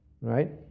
Right